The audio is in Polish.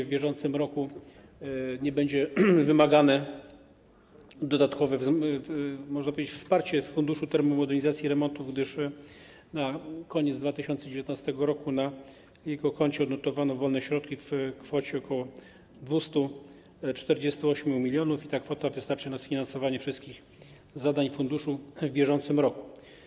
W bieżącym roku nie będzie wymagane dodatkowe wsparcie Funduszu Termomodernizacji i Remontów, gdyż na koniec 2019 r. na jego koncie odnotowano wolne środki w kwocie ok. 248 mln i ta kwota wystarczy na sfinansowanie wszystkich zadań funduszu w bieżącym roku.